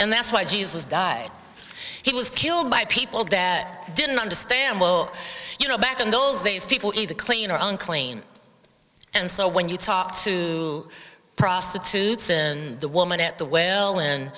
and that's why jesus died he was killed by people that didn't understand will you know back in those days people either clean or own clean and so when you talk to prostitutes and the woman at the well and